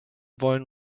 wollen